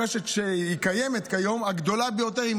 הרשת הגדולה ביותר כיום,